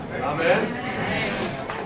Amen